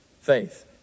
faith